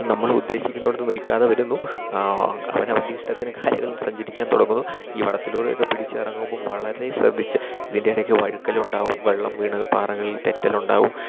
നമ്മളുദ്ദേശിക്കുന്നിടത്ത് നിൽക്കാതെ വരുന്നു അവനവൻ്റെ ഇഷ്ടത്തിന് കാലുകള് സഞ്ചരിക്കാൻ തുടങ്ങുന്നു ഈ വടത്തിലൂടെയൊക്കെ പിടിച്ചിറങ്ങുമ്പോൾ വളരെ ശ്രദ്ധിച്ച് ഇതിൻ്റെ ഇടയ്ക്ക് വഴുക്കലുണ്ടാവും വെള്ളം വീണ് പാറകളിൽ തെറ്റലുണ്ടാവും